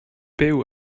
byw